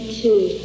two